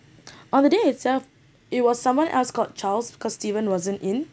on the day itself it was someone else called charles cause steven wasn't in